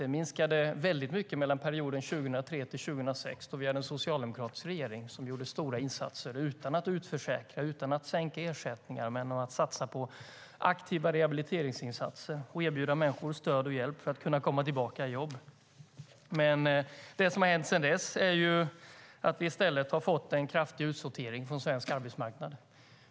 Det minskade väldigt mycket under perioden 2003-2006, då vi hade en socialdemokratisk regering som gjorde stora insatser men utan att utförsäkra och utan att sänka ersättningar. Man satsade på aktiva rehabiliteringsinsatser och på att erbjuda människor stöd och hjälp för att komma tillbaka i jobb. Det som har hänt sedan dess är att vi i stället har fått en kraftig utsortering från svensk arbetsmarknad.